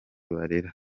barera